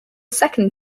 second